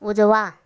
उजवा